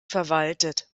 verwaltet